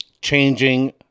changing